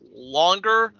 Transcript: Longer